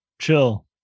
chill